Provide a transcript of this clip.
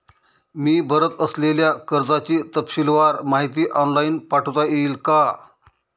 मी भरत असलेल्या कर्जाची तपशीलवार माहिती ऑनलाइन पाठवता येईल का?